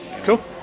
Cool